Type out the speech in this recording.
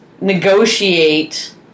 negotiate